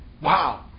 wow